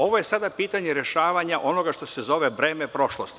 Ovo je sada pitanje rešavanja onoga što se zove breme prošlosti.